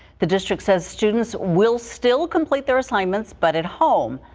the district says students will still complete their assignments but at home,